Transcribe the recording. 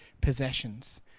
possessions